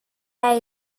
hij